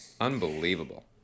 Unbelievable